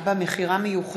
54) (מכירה מיוחדת),